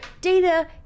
Data